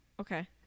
Okay